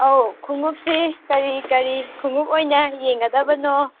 ꯑꯧ ꯈꯣꯡꯉꯨꯞꯁꯤ ꯀꯔꯤ ꯀꯔꯤ ꯈꯣꯡꯉꯨꯞ ꯑꯣꯏꯅ ꯌꯦꯡꯒꯗꯕꯅꯣ